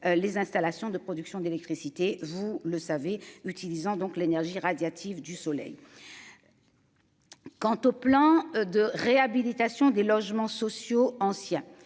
Les installations de production d'électricité vous le savez utilisant donc l'énergie radiatif du soleil.-- Quant au plan de réhabilitation des logements sociaux ancien